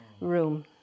room